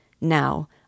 Now